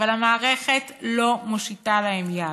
אבל המערכת לא מושיטה להם יד.